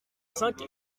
cinq